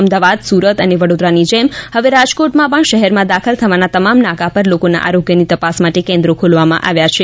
અમદાવાદ સુરત અને વડોદરાની જેમ હવે રાજકોટમાં પણ શહેરમાં દાખલ થવાના તમામ નાકા પર લોકોના આરોગ્યની તપાસ માટે કેન્દ્રો ખોલવામાં આવ્યાં છે